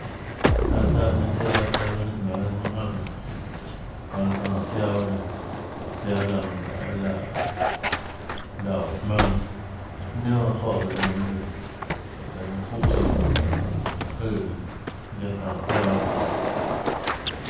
Taã taã nenã ziaã taã nenã naønå manã jáhã nenã tanå tanã áå ziaã nenã zaiã láhã manã loê láhã óå jmaønã iâ nenà baâ çóhã tsøã nenã mønã lùã jánhå taã nenã çuúhã tsouã nionê láhå jøè nenã guiaâ tanå ziaã nahâ nenã.